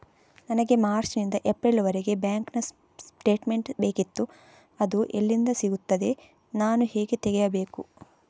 ನನಗೆ ಮಾರ್ಚ್ ನಿಂದ ಏಪ್ರಿಲ್ ವರೆಗೆ ಬ್ಯಾಂಕ್ ಸ್ಟೇಟ್ಮೆಂಟ್ ಬೇಕಿತ್ತು ಅದು ಎಲ್ಲಿಂದ ಸಿಗುತ್ತದೆ ನಾನು ಹೇಗೆ ತೆಗೆಯಬೇಕು?